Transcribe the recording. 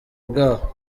bwaho